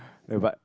where but